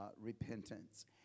repentance